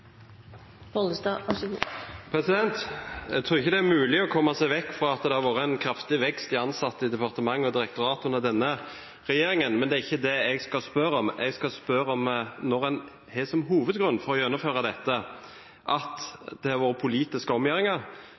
mulig å komme seg vekk fra at det har vært en kraftig vekst i antallet ansatte i departement og direktorat under denne regjeringen, men det er ikke det jeg skal spørre om. Jeg skal spørre om dette: En har som hovedgrunn for å gjennomføre dette at det har vært politiske omgjøringer